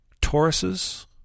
Tauruses